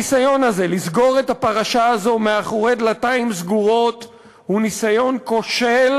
הניסיון הזה לסגור את הפרשה הזו מאחורי דלתיים סגורות הוא ניסיון כושל,